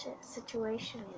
situation